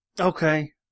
Okay